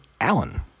Allen